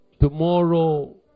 tomorrow